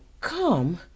come